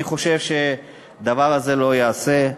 אני חושב שדבר כזה לא ייעשה.